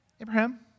Abraham